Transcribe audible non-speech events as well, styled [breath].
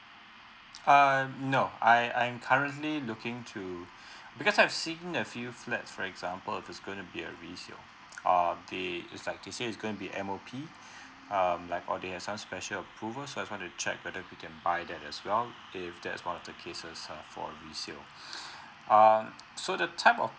err no I I'm currently looking to because I've seen a few flats for example if is going to be a resale um the it's like they say is going to be M O P um like or they have some special approval so I just want to check whether we can buy that as well if that's one of the cases uh for resale [breath] uh so the type of